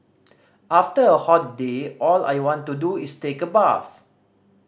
after a hot day all I want to do is take a bath